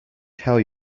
tell